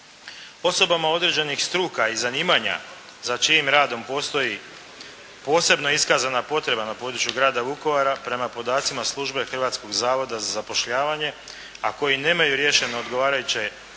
Osobama određenih struka i zanimanja za čijim radom postoji posebno iskazana potreba na području grada Vukovara prema podacima službe Hrvatskog zavoda za zapošljavanje a koji nemaju riješeno odgovarajuće